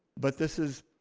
but this is,